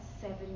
seven